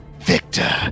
Victor